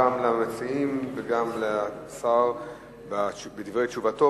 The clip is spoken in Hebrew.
גם למציעים וגם לשר על דברי תשובתו.